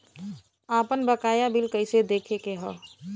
आपन बकाया बिल कइसे देखे के हौ?